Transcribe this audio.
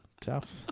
Tough